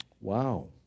wow